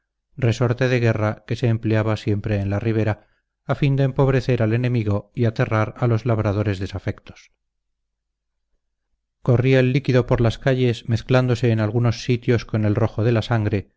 resorte de guerra que se empleaba siempre en la ribera a fin de empobrecer al enemigo y aterrar a los labradores desafectos corría el líquido por las calles mezclándose en algunos sitios con el rojo de la sangre